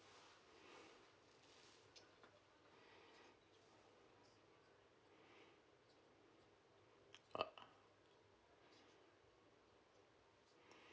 ah